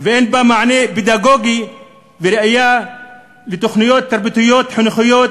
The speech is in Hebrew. ואין בה מענה פדגוגי וראייה לתוכניות תרבותיות-חינוכיות